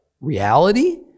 reality